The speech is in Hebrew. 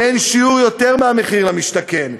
לאין שיעור יותר מהמחיר למשתכן,